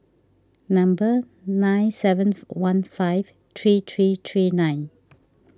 number nine seven one five three three three nine